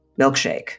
milkshake